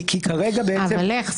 איך?